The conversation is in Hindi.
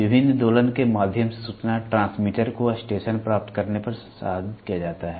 विभिन्न दोलन के माध्यम से सूचना ट्रांसमीटर को स्टेशन प्राप्त करने पर संसाधित किया जाता है